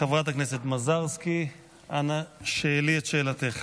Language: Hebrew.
חברת הכנסת מזרסקי, אנא שאלי את שאלתך.